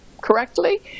correctly